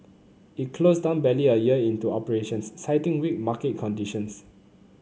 it closed down barely a year into operations citing weak market conditions